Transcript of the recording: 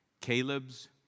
Caleb's